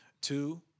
Two